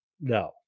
No